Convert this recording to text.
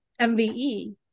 MVE